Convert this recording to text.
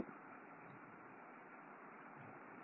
மாணவர் ஆமாம்